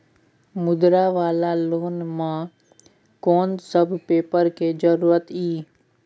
मुद्रा वाला लोन म कोन सब पेपर के जरूरत इ?